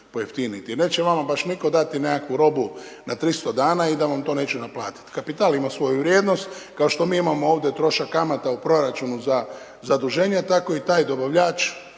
Neće vama baš nitko dati nekakvu robu na 300 dana i da vam to neće naplatiti. Kapital ima svoju vrijednost kao što mi imamo ovdje trošak kamata u proračunu za zaduženja, tako i taj dobavljač